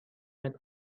made